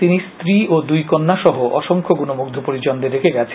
তিনি স্ত্রী ও দুই কন্যা সহ অসংখ্য গুণমুগ্ধ পরিজনদের রেখে গেছেন